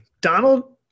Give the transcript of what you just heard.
Donald